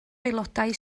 aelodau